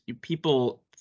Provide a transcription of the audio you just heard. people